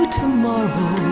tomorrow